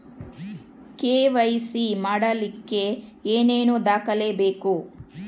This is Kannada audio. ಕೆ.ವೈ.ಸಿ ಮಾಡಲಿಕ್ಕೆ ಏನೇನು ದಾಖಲೆಬೇಕು?